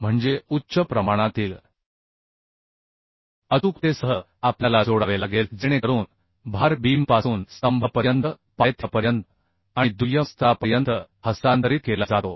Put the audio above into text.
आपल्याला उच्च प्रमाणातील अचूकतेसह जोडावे लागेल जेणेकरून भार बीमपासून स्तंभापर्यंत पायथ्यापर्यंत आणि दुय्यम स्तरापर्यंत हस्तांतरित केला जातो